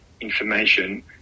information